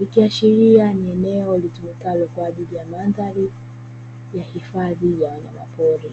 ikiashiria ni eneo linalotumikalo kwa ajili ya mandhari ya hifadhi ya wanyama pori.